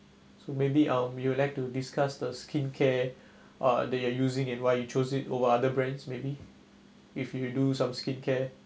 so maybe um you'd like to discuss the skincare uh that you're using and why you choose it over other brands maybe if you do some skincare